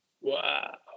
Wow